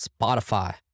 Spotify